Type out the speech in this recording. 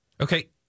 Okay